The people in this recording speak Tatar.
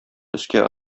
өскә